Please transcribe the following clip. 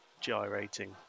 gyrating